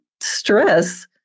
stress